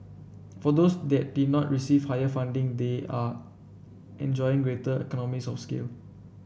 for those that did not receive higher funding they are enjoying greater economies of scale